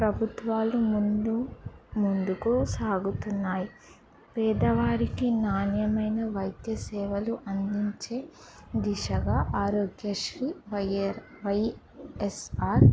ప్రభుత్వాలు ముందు ముందుకు సాగుతున్నాయి పేదవారికి నాణ్యమైన వైద్య సేవలు అందించే దిశగా ఆరోగ్యశ్రీ వైర్ వైఎస్ఆర్